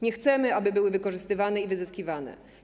Nie chcemy, aby były wykorzystywane i wyzyskiwane.